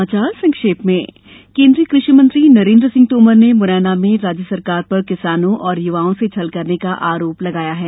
कुछ समाचार संक्षेप में केन्द्रीय कृषि मंत्री नरेन्द्र सिंह तोमर ने मुरैना में राज्य सरकार पर किसानों और युवाओं से छल करने का आरोप लगाया है